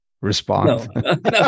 respond